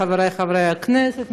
חברי חברי הכנסת,